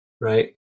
right